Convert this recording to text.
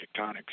tectonics